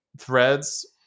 Threads